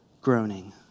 groaning